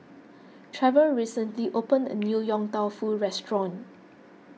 Trevor recently opened a new Yong Tau Foo restaurant